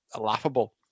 laughable